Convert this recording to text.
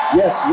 yes